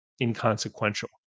inconsequential